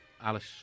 Alice